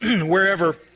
wherever